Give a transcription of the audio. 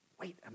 Wait